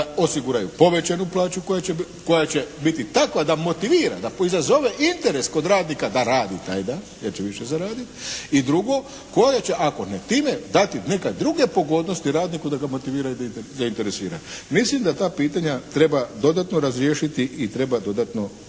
osiguraju povećanu plaću koja će biti takva da motivira, da izazove interes kod radnika da radi taj dan jer će više zaraditi i drugo koja će, ako ne time dati neke druge pogodnosti radniku da ga motivira i zainteresira. Mislim da ta pitanja treba dodatno razriješiti i treba dodatno učiniti